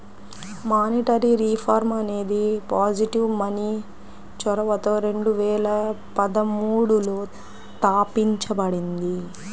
monetary reform అనేది positive money చొరవతో రెండు వేల పదమూడులో తాపించబడింది